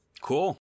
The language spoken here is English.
Cool